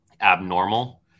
abnormal